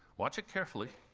watch it carefully.